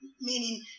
meaning